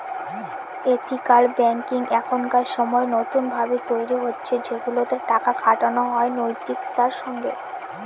ethical banking এখনকার সময় নতুন ভাবে তৈরী হচ্ছে সেগুলাতে টাকা খাটানো হয় নৈতিকতার সঙ্গে